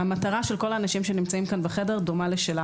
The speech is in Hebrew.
המטרה של כל האנשים שנמצאים כאן בחדר דומה לשלך.